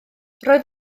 roedd